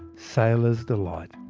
sailors delight.